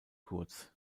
kurz